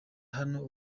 hano